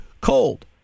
cold